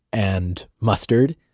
and mustard,